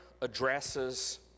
addresses